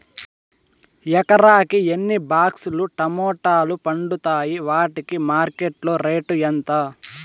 ఎకరాకి ఎన్ని బాక్స్ లు టమోటాలు పండుతాయి వాటికి మార్కెట్లో రేటు ఎంత?